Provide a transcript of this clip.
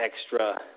extra